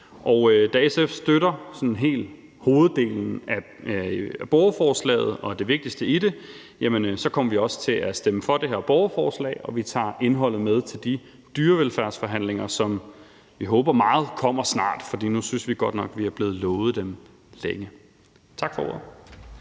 Da SF støtter sådan hoveddelen af borgerforslaget og det vigtigste i det, kommer vi også til at stemme for det her beslutningsforslag, og vi tager indholdet med til de dyrevelfærdsforhandlinger, som vi meget håber kommer snart, for nu synes vi godt nok, at vi er blevet lovet dem længe. Tak for ordet.